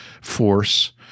force